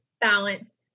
balance